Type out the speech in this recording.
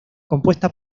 compuesta